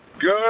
Good